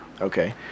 Okay